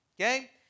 Okay